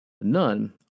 None